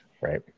Right